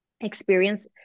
experience